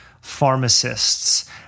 pharmacists